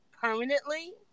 permanently